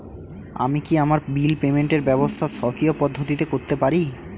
আমি কি আমার বিল পেমেন্টের ব্যবস্থা স্বকীয় পদ্ধতিতে করতে পারি?